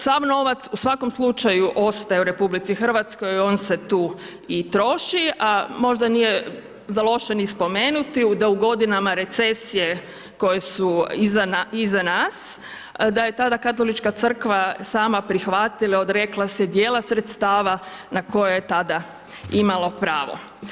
Sav novac u svakom slučaju ostaje u RH, on se tu i troši, možda nije za loše ni spomenuti da u godinama recesije koje su iza nas, da je tada Katolička crkva sama prihvatila i odrekla se dijela sredstava na koje je tada imalo pravo.